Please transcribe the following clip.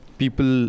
people